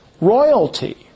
royalty